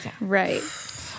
right